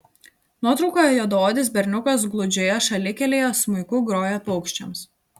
nuotraukoje juodaodis berniukas gludžioje šalikelėje smuiku groja paukščiams